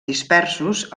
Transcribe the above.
dispersos